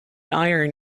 iron